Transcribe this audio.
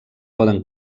poden